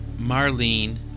Marlene